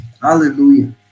Hallelujah